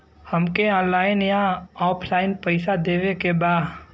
हमके ऑनलाइन या ऑफलाइन पैसा देवे के बा?